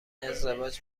ازدواج